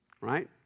right